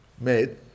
made